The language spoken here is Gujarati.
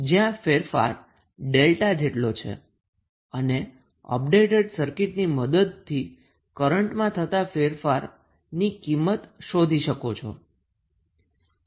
જ્યાં ફેરફાર Δ જેટલો છે અને અપડેટેડ સર્કિટની મદદથી કરન્ટમાં થતા ફેરફારની કિંમત શોધી શકો છો